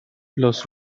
los